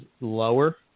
lower